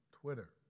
Twitter